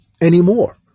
anymore